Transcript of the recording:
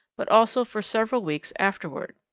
but also for several weeks afterward.